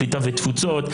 הקליטה והתפוצות,